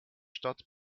stadt